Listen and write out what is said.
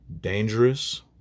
dangerous